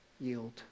yield